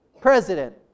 president